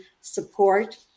support